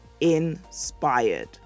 inspired